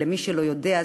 ולמי שלא יודע,